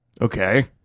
Okay